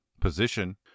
position